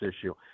issue